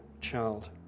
child